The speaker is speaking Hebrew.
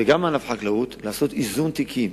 וגם את ענף החקלאות, לעשות איזון תיקים,